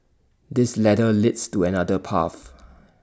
this ladder leads to another path